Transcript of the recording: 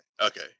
okay